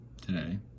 today